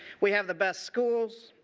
we have the best schools.